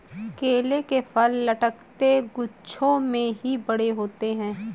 केले के फल लटकते गुच्छों में ही बड़े होते है